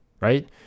right